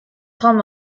home